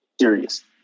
serious